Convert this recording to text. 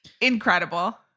Incredible